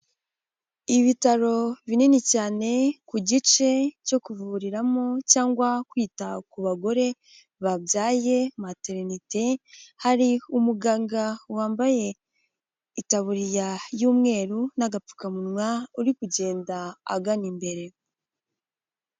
Ibitaro binini cyane ku gice cyo kuvuriramo cyangwa kwita ku bagore babyaye materinete, hari umuganga wambaye itaburiya y'umweru n'agapfukamunwa uri kugenda agana imbere.